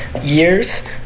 years